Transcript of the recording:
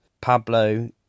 Pablo